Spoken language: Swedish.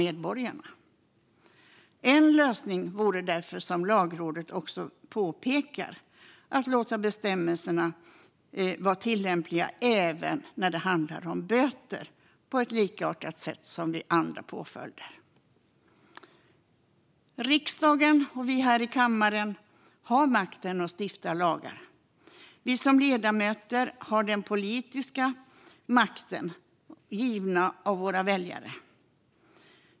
En lösning vore därför, vilket Lagrådet också påpekar, att låta bestämmelserna vara tillämpliga även när det handlar om böter, på ett likartat sätt som vid andra påföljder. Riksdagen, vi här i kammaren, har makten att stifta lagar. Vi som ledamöter har den politiska makten, given av våra väljare.